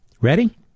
Ready